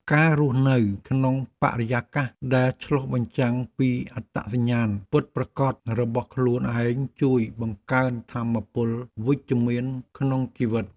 ការរស់នៅក្នុងបរិយាកាសដែលឆ្លុះបញ្ចាំងពីអត្តសញ្ញាណពិតប្រាកដរបស់ខ្លួនឯងជួយបង្កើនថាមពលវិជ្ជមានក្នុងជីវិត។